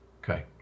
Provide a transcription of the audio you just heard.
Okay